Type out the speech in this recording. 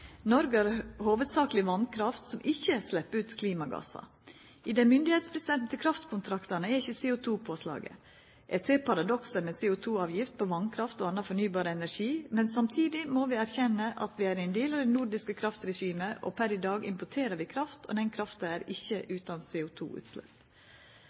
Noreg har hovudsakleg vasskraft som ikkje slepper ut klimagassar. I dei myndigheitsbestemde kraftkontraktane er det ikkje CO2-påslag. Eg ser paradokset med CO2-avgift på vasskraft og annan fornybar energi, men samtidig må vi erkjenna at vi er ein del av eit nordisk kraftregime, og per i dag importerer vi kraft, og den krafta er ikkje